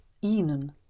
Ihnen